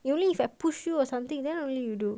only if I push you or something then only you do